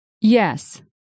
Yes